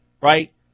right